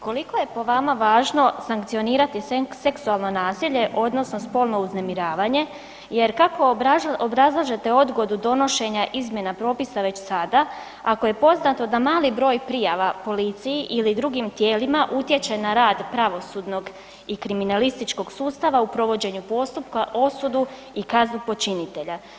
Koliko je po vama važno sankcionirati seksualno nasilje odnosno spolno uznemiravanje jer kako obrazlažete odgodu donošenja izmjena propisa već sada ako je poznato da mali broj prijava policiji ili drugim tijelima utječe na rad pravosudnog i kriminalističkog sustava u provođenju postupka, osudu i kaznu počinitelja?